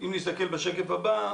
אם נסתכל בשקף הבא,